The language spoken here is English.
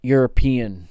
European